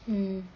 mm